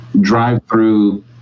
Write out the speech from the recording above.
drive-through